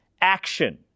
action